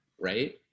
Right